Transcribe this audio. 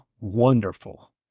wonderful